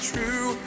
true